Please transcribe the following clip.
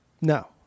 No